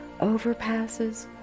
overpasses